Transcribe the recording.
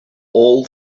all